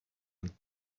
and